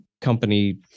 company